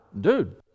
Dude